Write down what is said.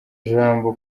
jambo